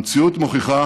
המציאות מוכיחה